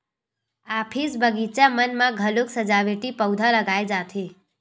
office, बगीचा मन म घलोक सजावटी पउधा लगाए जाथे